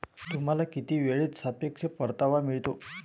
तुम्हाला किती वेळेत सापेक्ष परतावा मिळतो?